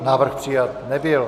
Návrh přijat nebyl.